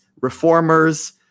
reformers